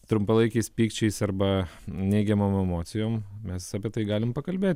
trumpalaikiais pykčiais arba neigiamom emocijom mes apie tai galim pakalbėt